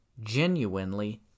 Genuinely